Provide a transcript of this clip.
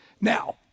Now